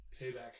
Payback